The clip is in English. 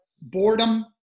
boredom